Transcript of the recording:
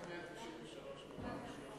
מה זה 193, אילו עבירות אלה?